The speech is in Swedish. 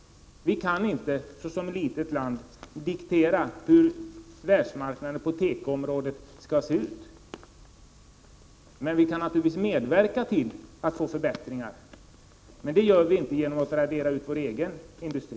Vi i Sverige, som är ett litet land, kan inte diktera hur världsmarknaden på tekoområdet skall se ut, men vi kan naturligtvis medverka till att få förbättringar till stånd, men det gör vi inte genom att radera ut vår egen industri.